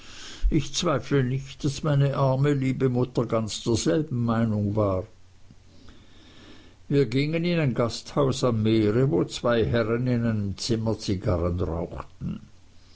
ich zweifle nicht daß meine arme liebe mutter ganz derselben meinung war wir gingen in ein gasthaus am meere wo zwei herren in einem zimmer zigarren rauchten